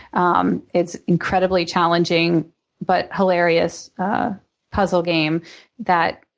um it's incredibly challenging but hilarious puzzle game that